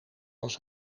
als